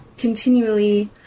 Continually